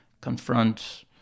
confront